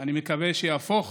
ואני מקווה שיהפוך